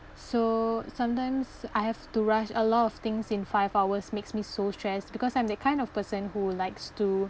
so sometimes I have to rush a lot of things in five hours makes me so stressed because I'm the kind of person who likes to